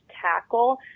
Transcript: tackle